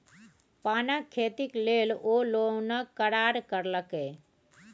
पानक खेती लेल ओ लोनक करार करेलकै